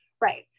Right